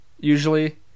usually